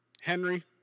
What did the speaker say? Henry